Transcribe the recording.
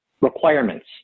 requirements